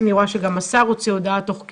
אני רואה שגם השר הוציא הודעה על ההליך